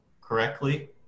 correctly